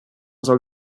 soll